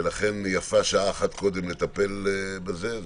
ויפה שעה אחת קודם לטפל בזה.